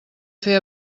fer